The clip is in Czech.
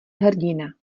hrdina